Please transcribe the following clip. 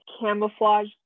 camouflage